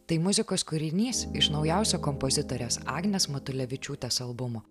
tai muzikos kūrinys iš naujausio kompozitorės agnės matulevičiūtės albumo